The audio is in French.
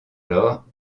lors